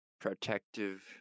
Protective